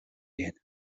bien